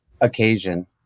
Occasion